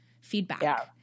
feedback